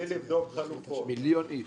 בלי לבדוק חלופות -- מיליון איש.